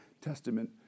Testament